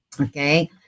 Okay